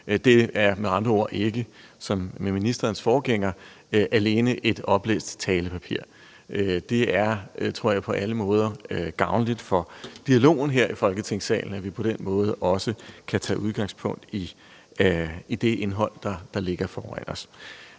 Det er med andre ord ikke sådan, som det var med ministerens forgænger, at man alene har et talepapir, som læses op. Det er, tror jeg, på alle måder gavnligt for dialogen her i Folketingssalen, at vi på den måde også kan tage udgangspunkt i det indhold, der ligger foran os.